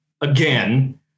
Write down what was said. again